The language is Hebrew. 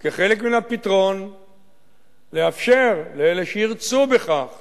כחלק מן הפתרון לאפשר לאלה שירצו בכך